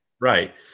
Right